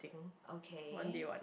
okay